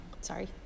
sorry